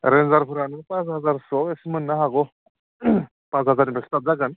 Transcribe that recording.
रेनजारफ्रा pass हाजाराव मोननो हागौ पास हाजारनिफ्राय स्टार्ट जागोन